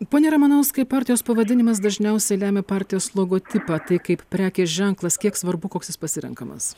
pone ramanauskai partijos pavadinimas dažniausiai lemia partijos logotipą tai kaip prekės ženklas kiek svarbu koks jis pasirenkamas